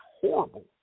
horrible